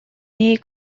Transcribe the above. ней